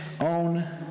own